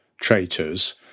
traitors